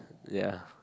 ya